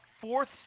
fourth